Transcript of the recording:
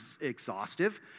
exhaustive